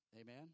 Amen